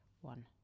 one